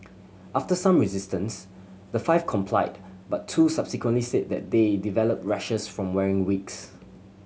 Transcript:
after some resistance the five complied but two subsequently said that they developed rashes from wearing wigs